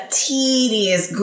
tedious